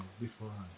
beforehand